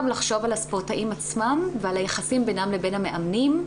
לחשוב על הספורטאים עצמם ועל היחסים בינם לבין המאמנים.